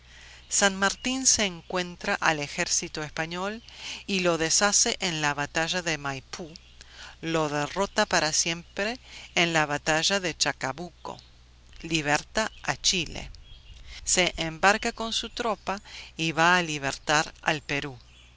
san martín se encuentra al ejército español y lo deshace en la batalla de maipú lo derrota para siempre en la batalla de chacabuco liberta a chile se embarca con su tropa y va a libertar al perú